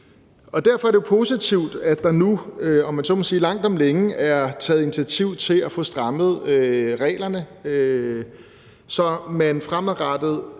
Derfor er det jo positivt, at der nu, om man så må sige, langt om længe er taget initiativ til at få strammet reglerne, så man fremadrettet